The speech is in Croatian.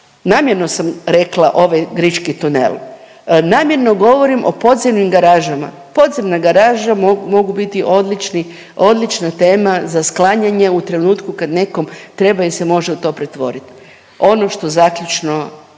namjerno sam rekla, ovaj grički tunel, namjerno govorim o podzemnim garažama, podzemna garaža mogu biti odlična tema za sklanjanje u trenutku kad nekom treba jer se može u te pretvoriti, ono što zaključno